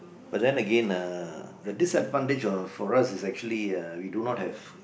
but then again the disadvantage of for us is actually we don't